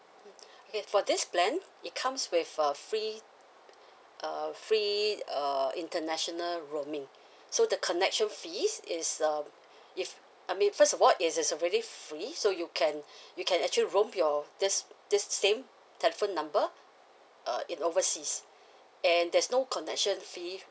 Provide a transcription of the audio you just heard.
mm okay for this plan it comes with a free err free err international roaming so the connection fees is um if I mean first of all it is already free so you can you can actually roam your this this same telephone number uh in overseas and there's no connection fee